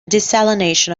desalination